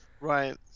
Right